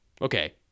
Okay